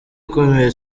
ikomeye